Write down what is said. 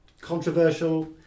controversial